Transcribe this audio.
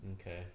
Okay